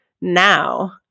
now